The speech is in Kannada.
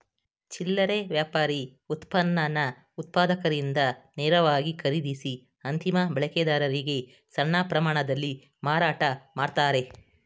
ಚಿಲ್ಲರೆ ವ್ಯಾಪಾರಿ ಉತ್ಪನ್ನನ ಉತ್ಪಾದಕರಿಂದ ನೇರವಾಗಿ ಖರೀದಿಸಿ ಅಂತಿಮ ಬಳಕೆದಾರರಿಗೆ ಸಣ್ಣ ಪ್ರಮಾಣದಲ್ಲಿ ಮಾರಾಟ ಮಾಡ್ತಾರೆ